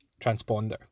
transponder